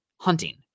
hunting